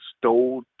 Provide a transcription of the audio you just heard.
stole